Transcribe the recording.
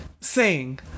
sing